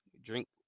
drink